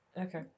Okay